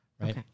Right